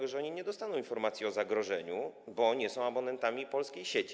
Oni nie dostaną informacji o zagrożeniu, bo nie są abonentami polskiej sieci.